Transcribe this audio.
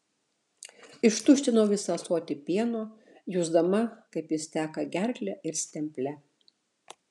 ištuštinau visą ąsotį pieno jusdama kaip jis teka gerkle ir stemple